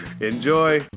Enjoy